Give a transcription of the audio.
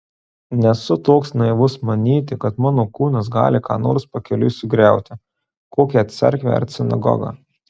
nesu toks naivus manyti kad mano kūnas gali ką nors pakeliui sugriauti kokią cerkvę ar sinagogą